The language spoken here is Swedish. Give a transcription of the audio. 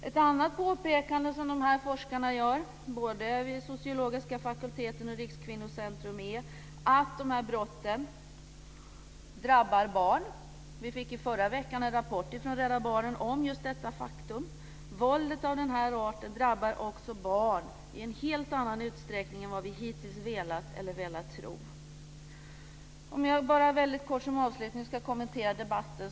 Ett annat påpekande som de här forskarna, både vid sociologiska fakulteten och Rikskvinnocentrum, gör är att de här brotten drabbar barn. Vi fick i förra veckan en rapport från Rädda Barnen om just detta faktum. Våldet av den här arten drabbar också barn i en helt annan utsträckning än vad vi hittills trott eller velat tro. Som avslutning vill jag bara väldigt kort kommentera debatten.